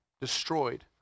destroyed